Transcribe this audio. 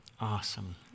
awesome